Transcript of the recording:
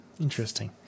Interesting